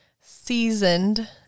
seasoned